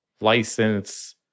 license